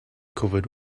covered